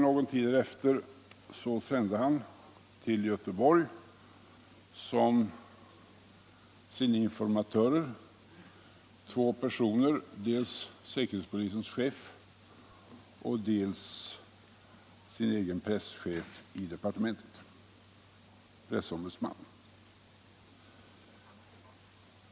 Någon tid därefter sände han till Göteborg som sina informatörer två personer, dels säkerhetspolisens chef, dels sin egen pressekreterare i departementet.